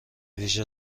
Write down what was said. ویژه